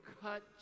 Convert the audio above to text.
cut